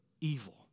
evil